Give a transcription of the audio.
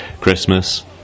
Christmas